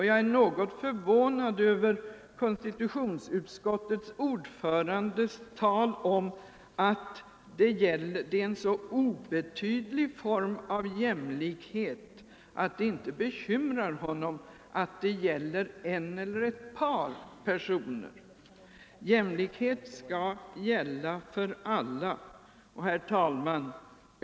Jag är något förvånad över konstitutionsutskottets ordförandes tal om att det är en så obetydlig form av jämlikhet att den inte bekymrar honom =— det gäller ju bara en eiler ett par personer. Men jämlikhet skall gälla för alla. Herr talman!